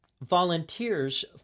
volunteers